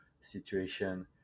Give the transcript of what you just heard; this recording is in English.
situation